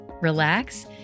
relax